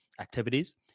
activities